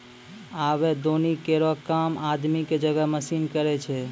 आबे दौनी केरो काम आदमी क जगह मसीन करै छै